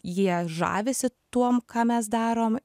jie žavisi tuom ką mes darom